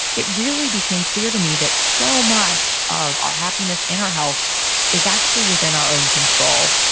it really became clear to me that so much of our happiness and our health is actually within our own control.